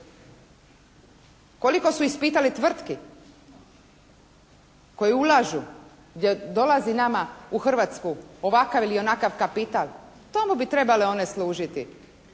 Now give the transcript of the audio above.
Koliko su ispitale tvrtki koje ulažu, gdje dolazi nama u Hrvatsku ovakav ili onakav kapital. Tamo bi trebale one služiti.